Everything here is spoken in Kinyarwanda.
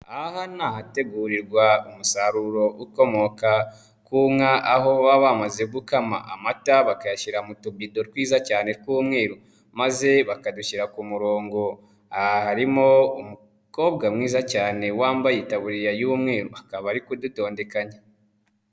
Aha ni ahategurirwa umusaruro ukomoka ku nka, aho baba bamaze gukama amata, bakayashyira mu tubido twiza cyane tw'umweru, maze bakadushyira ku murongo harimo umukobwa mwiza cyane wambayetaburiya y'umweru, akaba ariko kudutondekanya.